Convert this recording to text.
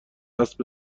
اسب